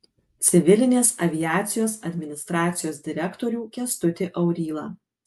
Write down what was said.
civilinės aviacijos administracijos direktorių kęstutį aurylą